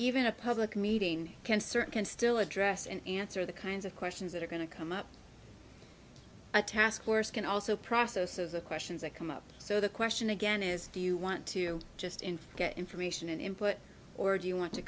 even a public meeting can search can still address and answer the kinds of questions that are going to come up a task force can also process of the questions that come up so the question again is do you want to just in fact get information and input or do you want to